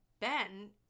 Ben